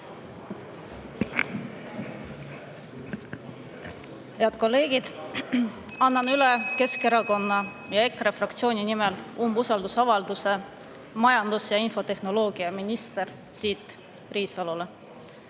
Head kolleegid! Annan üle Keskerakonna ja EKRE fraktsiooni nimel umbusaldusavalduse majandus‑ ja infotehnoloogiaminister Tiit Riisalole.